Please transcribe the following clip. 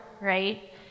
right